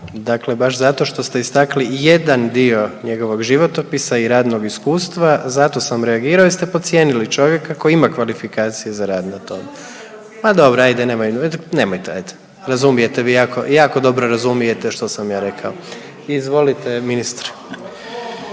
Dakle baš zato što ste istakli jedan dio njegovog životopisa i radnog iskustva zato sam reagirao jer ste podcijenili čovjeka koji ima kvalifikacije za rad na tome. …/Upadica se ne razumije./… Ma dobro ajde nemojmo, nemojte ajde, razumije vi, jako dobro razumijete što sam ja rekao. Izvolite ministre.